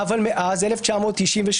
אבל מאז 1998,